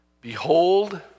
Behold